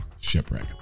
shipwreck